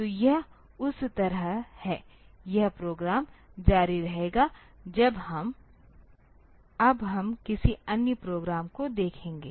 तो यह उस तरह है यह प्रोग्राम जारी रहेगा अब हम किसी अन्य प्रोग्राम को देखेंगे